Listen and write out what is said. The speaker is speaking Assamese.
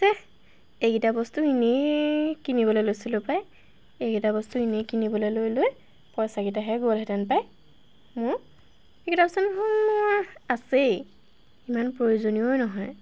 ছেহ এইকেইটা বস্তুৰ এনেই কিনিবলৈ লৈছিলোঁ পায় এইকেইটা বস্তু এনেই কিনিবলৈ লৈ লৈ পইচাকেইটাহে গ'লহেঁতেন পায় মোৰ এইকেইটা বস্তু দেখোন মোৰ আছেই ইমান প্ৰয়োজনীয়েই নহয়